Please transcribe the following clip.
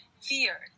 fear